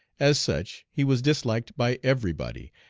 as such he was disliked by everybody,